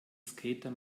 skater